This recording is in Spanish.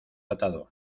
atado